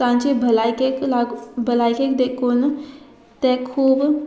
तांची भलायकेक लाग भलायकेक देखून तें खूब